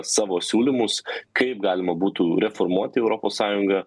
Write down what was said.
savo siūlymus kaip galima būtų reformuoti europos sąjungą